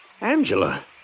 Angela